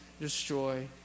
destroy